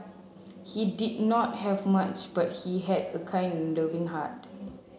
he did not have much but he had a kind loving heart